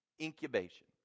incubation